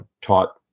taught